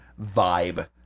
vibe